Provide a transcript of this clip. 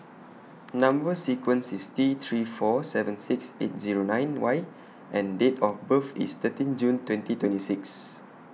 Number sequence IS T three four seven six eight Zero nine Y and Date of birth IS thirteen June twenty twenty six